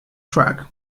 track